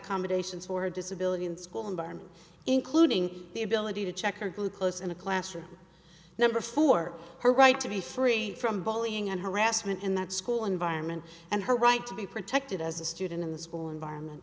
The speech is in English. dations for disability and school environment including the ability to check her glucose in a classroom number for her right to be free from bullying and harassment in that school environment and her right to be protected as a student in the school environment